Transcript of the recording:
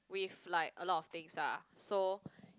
with like a lot of things ah so